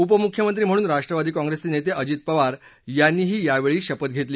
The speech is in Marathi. उपमुख्यमंत्री म्हणून राष्ट्रवादी काँग्रेसचे नेते अजित पवार यांनीही यावेळी शपथ घेतली